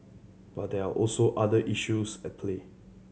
but there are also other issues at play